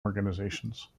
organizations